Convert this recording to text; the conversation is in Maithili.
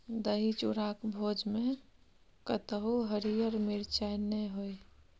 दही चूड़ाक भोजमे कतहु हरियर मिरचाइ नै होए